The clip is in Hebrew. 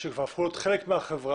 שכבר הפכו להיות חלק מהחברה,